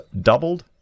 doubled